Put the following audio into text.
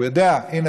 הוא יודע: הינה,